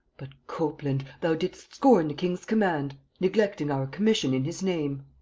but, copland, thou didst scorn the king's command, neglecting our commission in his name.